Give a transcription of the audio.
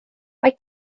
mae